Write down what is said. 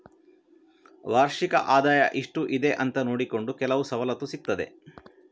ವಾರ್ಷಿಕ ಆದಾಯ ಎಷ್ಟು ಇದೆ ಅಂತ ನೋಡಿಕೊಂಡು ಕೆಲವು ಸವಲತ್ತು ಸಿಗ್ತದೆ